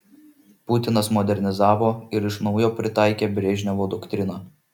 putinas modernizavo ir iš naujo pritaikė brežnevo doktriną